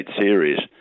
series